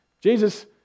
Jesus